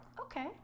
okay